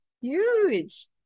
huge